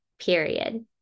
period